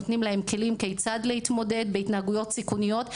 נותנים להם כלים כיצד להתמודד בהתנהגויות סיכוניות.